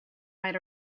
might